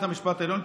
בית המשפט העליון,